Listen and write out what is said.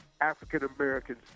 African-Americans